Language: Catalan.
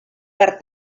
per